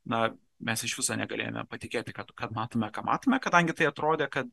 na mes iš viso negalėjome patikėti kad kad matome ką matome kadangi tai atrodė kad